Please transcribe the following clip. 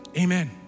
Amen